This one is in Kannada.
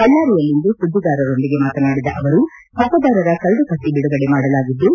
ಬಳ್ಕಾರಿಯಲ್ಲಿಂದು ಸುದ್ದಿಗಾರರೊಂದಿಗೆ ಮಾತನಾಡಿದ ಅವರು ಮತದಾರರ ಕರಡು ಪಟ್ಟಿ ಬಿಡುಗಡೆ ಮಾಡಲಾಗಿದ್ದು